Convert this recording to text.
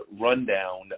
rundown